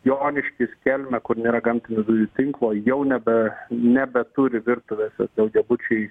joniškis kelmė kur nėra gamtinių dujų tinklo jau nebe nebeturi virtuvėse daugiabučiai